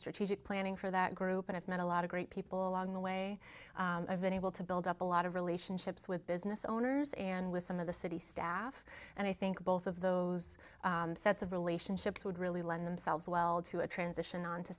strategic planning for that group and i've met a lot of great people along the way i've been able to build up a lot of relationships with business owners and with some of the city staff and i think both of those sets of relationships would really lend themselves well to a transition